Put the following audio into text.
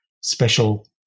special